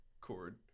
chord